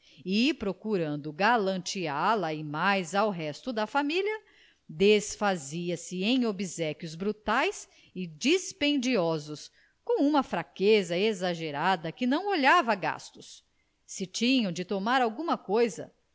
procurando galanteá la e mais ao resto da família desfazia-se em obséquios brutais e dispendiosos com uma franqueza exagerada que não olhava gastos se tinham de tomar alguma coisa